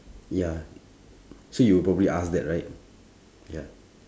ya so you'll probably ask that right ya